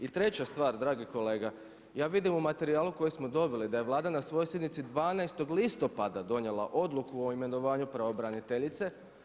I treća stvar dragi kolega ja vidim u materijalu koji smo dobili da je Vlada na svojoj sjednici 12. listopada donijela Odluku o imenovanju pravobraniteljice.